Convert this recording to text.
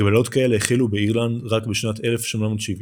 הגבלות כאלו החלו באירלנד רק בשנת 1870,